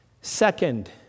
Second